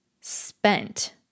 spent